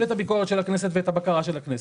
את הביקורת של הכנסת ואת הבקרה של הכנסת.